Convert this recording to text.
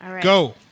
go